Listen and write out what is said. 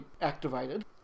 activated